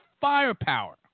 firepower